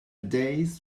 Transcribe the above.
days